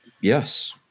yes